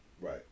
Right